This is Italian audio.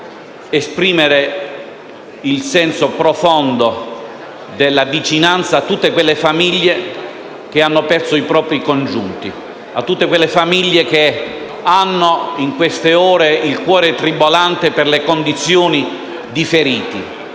esprimere la nostra profonda vicinanza a tutte le famiglie che hanno perso i propri congiunti, a tutte le famiglie che hanno, in queste ore, il cuore tribolante per le condizioni dei feriti